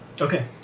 Okay